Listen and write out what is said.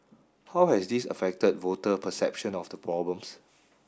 how has this affected voter perception of the problems